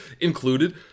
included